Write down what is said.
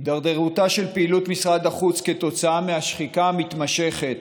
הידרדרותה של פעילות משרד החוץ כתוצאה מהשחיקה המתמשכת